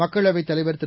மக்களவைத் தலைவர் திரு